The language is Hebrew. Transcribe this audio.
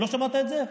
לא שמעת את זה?